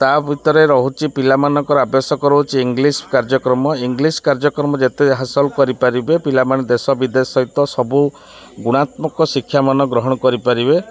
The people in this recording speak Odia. ତା ଭିତରେ ରହୁଛି ପିଲାମାନଙ୍କର ଆବଶ୍ୟକ ରହୁଛି ଇଂଲିଶ କାର୍ଯ୍ୟକ୍ରମ ଇଂଲିଶ କାର୍ଯ୍ୟକ୍ରମ ଯେତେ ହାସଲ କରିପାରିବେ ପିଲାମାନେ ଦେଶ ବିଦେଶ ସହିତ ସବୁ ଗୁଣାତ୍ମକ ଶିକ୍ଷାମାନ ଗ୍ରହଣ କରିପାରିବେ